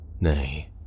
Nay